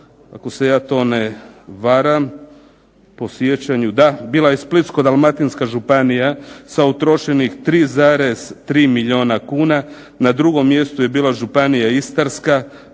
ako se ja to ne varam po sjećanju, da bila je Splitsko-dalmatinska županija sa utrošenih 3,3 milijuna kuna. Na drugom mjestu je bila županija Istarska,